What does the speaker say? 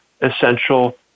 essential